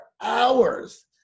hours